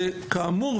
וכאמור,